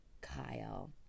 Kyle